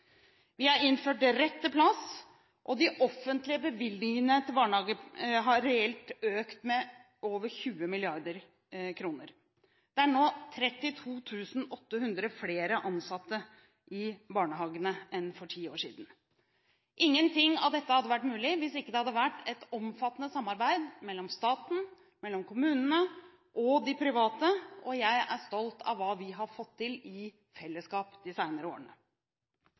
Vi har innført rett til plass, og de offentlige bevilgningene til barnehager har reelt økt med over 20 mrd. kr. Det er nå 32 800 flere ansatte i barnehagene enn for ti år siden. Ingenting av dette hadde vært mulig hvis ikke det hadde vært et omfattende samarbeid mellom staten, kommunene og de private, og jeg er stolt av det vi har fått til i fellesskap de senere årene.